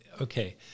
okay